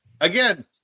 Again